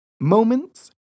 moments